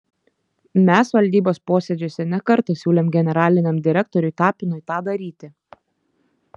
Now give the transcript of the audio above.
mes valdybos posėdžiuose ne kartą siūlėm generaliniam direktoriui tapinui tą daryti